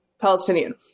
Palestinian